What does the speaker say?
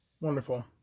Wonderful